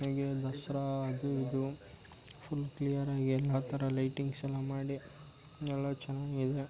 ಅಮೇಲೆ ದಸರಾ ಅದು ಇದು ಫುಲ್ ಕ್ಲಿಯರಾಗಿ ಎಲ್ಲ ಥರ ಲೈಟಿಂಗ್ಸೆಲ್ಲ ಮಾಡಿ ಎಲ್ಲ ಚೆನ್ನಾಗಿ ಇದೆ